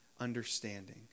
understanding